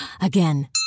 Again